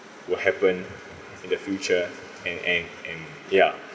will happen in the future and and and ya